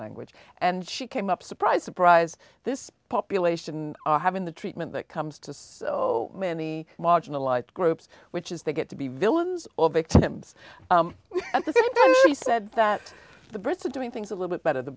language and she came up surprise surprise this population having the treatment that comes to so many marginalized groups which is they get to be villains or victims and the you said that the brits are doing things a little bit better the